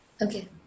Okay